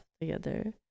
together